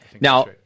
Now